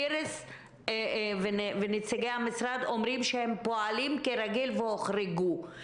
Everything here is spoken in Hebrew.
איריס ונציגי המשרד אומרים שהם פועלים כרגיל והוחרגו.